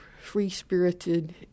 free-spirited